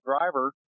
driver